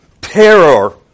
terror